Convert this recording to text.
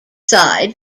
side